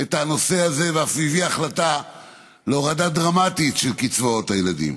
את הנושא הזה ואף הביא החלטה להורדה דרמטית של קצבאות הילדים